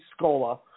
Scola